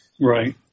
Right